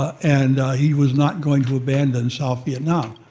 and he was not going to abandon south vietnam.